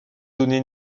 donné